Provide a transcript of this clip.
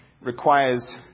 requires